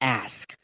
ask